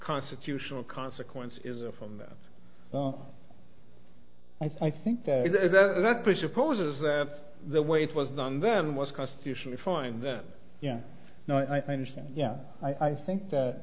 constitutional consequences are from that i think that that presupposes that the way it was done then was constitutionally fine then yeah now i understand yeah i think that